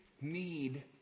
need